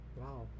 Wow